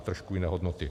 Trošku jiné hodnoty.